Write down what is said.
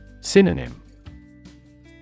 Synonym